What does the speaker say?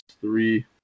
three